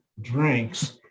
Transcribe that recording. drinks